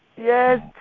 Yes